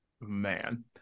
Man